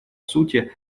сути